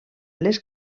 les